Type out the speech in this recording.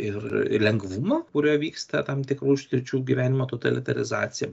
ir lengvumo kuriuo vyksta tam tikrų sričių gyvenimo totalitarizacija